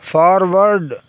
forward